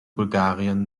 bulgarien